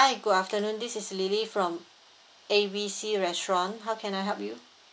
hi good afternoon this is lily from A B C restaurant how can I help you